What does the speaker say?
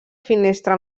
finestra